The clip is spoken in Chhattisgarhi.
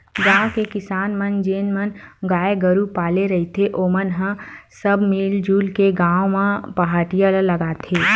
गाँव के किसान मन जेन मन गाय गरु पाले रहिथे ओमन ह सब मिलजुल के गाँव म पहाटिया ल लगाथे